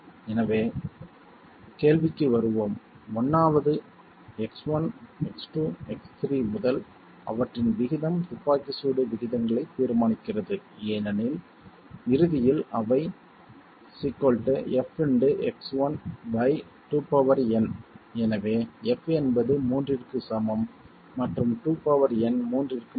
எனவே கேள்விக்கு வருவோம் 1வது X1 X2 X3 முதல் அவற்றின் விகிதம் துப்பாக்கி சூடு விகிதங்களை தீர்மானிக்கிறது ஏனெனில் இறுதியில் அவை f × X1 2n எனவே f என்பது மூன்றிற்கும் சமம் மற்றும் 2n மூன்றிற்கும் சமம்